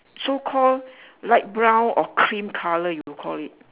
so call light brown or cream colour if you call it